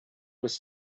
was